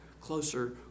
closer